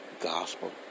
gospel